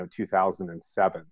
2007